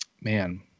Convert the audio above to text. Man